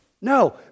No